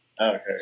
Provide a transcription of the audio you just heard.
okay